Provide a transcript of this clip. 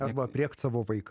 arba aprėkt savo vaiką